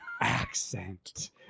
accent